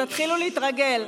תתחילו להתרגל.